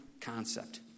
concept